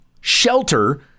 shelter